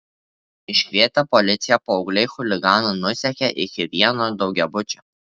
iškvietę policiją paaugliai chuliganą nusekė iki vieno daugiabučio